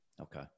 Okay